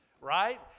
right